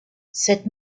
cette